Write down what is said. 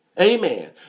Amen